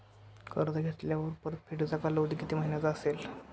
कर्ज घेतल्यावर परतफेडीचा कालावधी किती महिन्यांचा असेल?